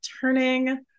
turning